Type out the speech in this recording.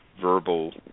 verbal